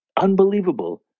unbelievable